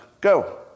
Go